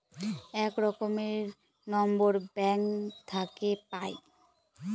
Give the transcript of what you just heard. এক রকমের number bank থাকে পাই